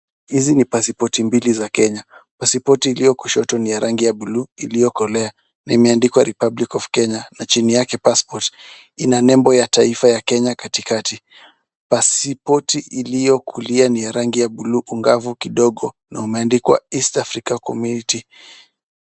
Hizi ni pasipoti mbili za Kenya. Pasipoti iliyo kushoto ni ya rangi ya blue iliyokolea na imeandikwa Republic of Kenya na chini yake passport ina nembo ya taifa ya Kenya katikati. Pasipoti iliyo kulia ni ya rangi ya blue ungavu kidogo na umeandikwa East Africa Community.